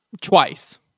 twice